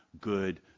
good